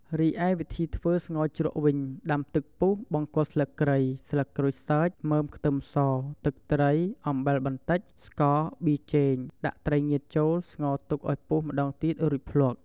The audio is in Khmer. រីឯវិធីធ្វើស្ងោរជ្រក់វិញដាំទឹកពុះបង់គល់ស្លឹកគ្រៃ ស្លឹកក្រូចសើច មើមខ្ទឹមស ទឹកត្រី អំបិលបន្តិច ស្ករ ប៊ីចេង ដាក់ត្រីងៀតចូល ស្ងោទុកឱ្យពុះម្ដងទៀតរួចភ្លក់។